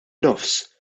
nofs